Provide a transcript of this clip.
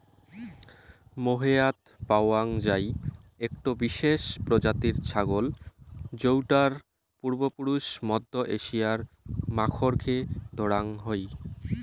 মোহেয়াৎ পাওয়াং যাই একটো বিশেষ প্রজাতির ছাগল যৌটার পূর্বপুরুষ মধ্য এশিয়ার মাখরকে ধরাং হই